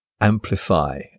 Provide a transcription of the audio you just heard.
amplify